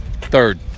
Third